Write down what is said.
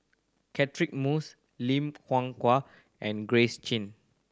Catchick Moses Lim and Grace Chia